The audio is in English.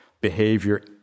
behavior